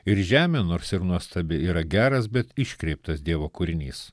ir žemė nors ir nuostabi yra geras bet iškreiptas dievo kūrinys